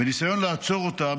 בניסיון לעצור אותם,